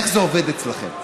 איך זה עובד אצלכם?